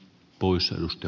poissa lusty